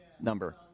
number